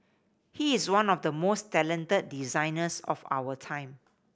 he is one of the most talented designers of our time